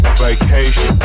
vacation